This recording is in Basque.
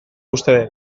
uste